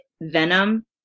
venom